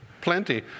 plenty